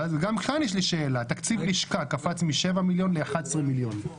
ואז גם כאן יש לי שאלה תקציב לשכה קפץ מ-7 מיליון ל-11 מיליון.